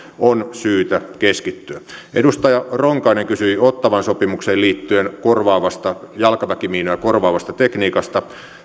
on syytä keskittyä edustaja ronkainen kysyi ottawan sopimukseen liittyen jalkaväkimiinoja korvaavasta tekniikasta